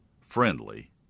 friendly